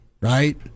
Right